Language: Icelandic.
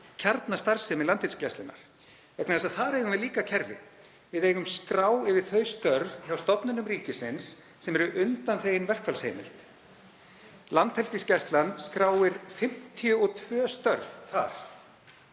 kjarnastarfsemi Landhelgisgæslunnar, vegna þess að þar eigum við líka kerfi, við eigum skrá yfir þau störf hjá stofnunum ríkisins sem eru undanþegin verkfallsheimild. Landhelgisgæslan skráir 52 störf þar.